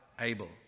Abel